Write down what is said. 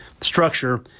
structure